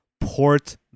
port